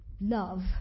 love